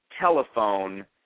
telephone